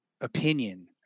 opinion